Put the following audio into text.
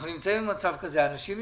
אנחנו נמצאים במצב כזה: אנשים,